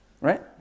Right